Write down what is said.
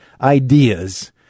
ideas